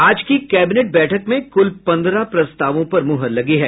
आज की कैबिनेट बैठक में कुल पन्द्रह प्रस्तावों पर मुहर लगी है